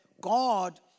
God